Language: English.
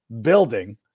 building